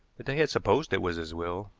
but they had supposed it was his will.